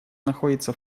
находится